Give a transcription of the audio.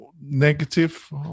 negative